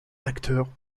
acteurs